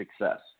success